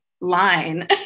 line